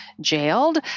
jailed